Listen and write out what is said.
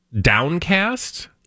Downcast